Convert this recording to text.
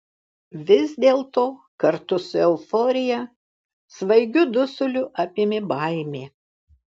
vis dėlto kartu su euforija svaigiu dusuliu apėmė baimė